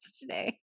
today